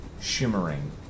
shimmering